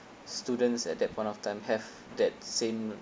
students at that point of time have that same